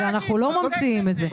אנחנו לא ממציאים את זה.